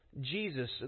Jesus